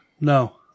No